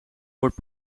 wordt